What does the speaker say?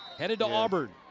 headed to auburn.